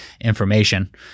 information